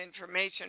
information